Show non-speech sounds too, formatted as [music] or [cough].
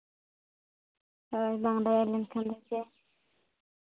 ᱦᱳᱭ [unintelligible] ᱦᱮᱸ ᱪᱮ